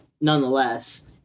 nonetheless